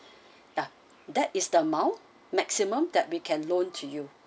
yeah that is the amount maximum that we can loan to you